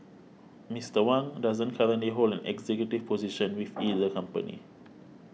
Mister Wang doesn't currently hold an executive position with either company